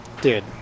dude